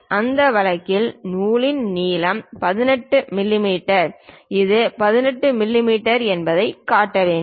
எனவே அந்த வழக்கில் நூல் நீளம் 18 மிமீ இது 18 மிமீ என்பதைக் காட்ட வேண்டும்